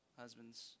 husbands